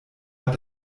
hat